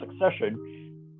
succession